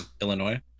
Illinois